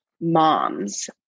moms